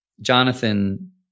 Jonathan